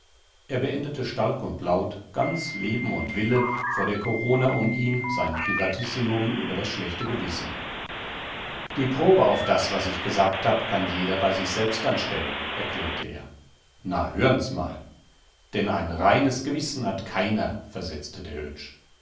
er beendete stark und laut ganz leben und wille vor der korona um ihn sein privatissimum über das schlechte gewissen die probe auf das was ich gesagt hab kann jeder bei sich selbst anstellen erklärte er na hören's mal denn ein reines gewissen hat keiner versetzte der